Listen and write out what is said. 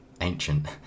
ancient